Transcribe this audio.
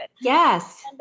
yes